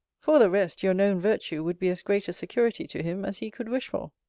for the rest, your known virtue would be as great a security to him, as he could wish for.